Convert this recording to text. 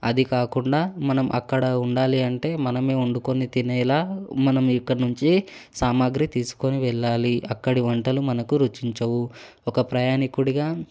అది కాకుండా మనం అక్కడ ఉండాలి అంటే మనమే వండుకొని తినేలా మనం ఇక్కడి నుంచి సామాగ్రి తీసుకుని వెళ్ళాలి అక్కడి వంటలు మనకు రుచించవు ఒక ప్రయాణికుడిగా